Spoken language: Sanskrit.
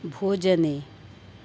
भोजने